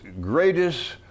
greatest